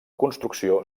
construcció